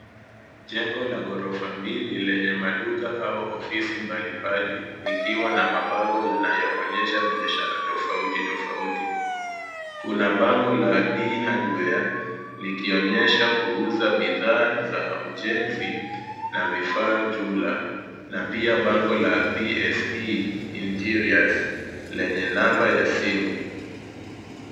Jengo la ghorofa mbili lenye maduka au ofisi mbalimbali likiwa na mabango yanayoonyesha biashara tofauti tofauti. Kuna bango la D hardware likionyesha kuuza bidhaa za ujenzi, na vifaa jumla na pia bango la pse interiors lenye namba ya simu.